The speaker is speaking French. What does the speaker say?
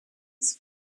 sont